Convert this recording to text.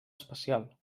especial